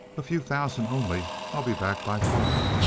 a few thousand only. i'll be back by fall.